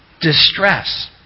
distress